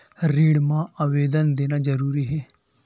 ऋण मा आवेदन देना जरूरी हे?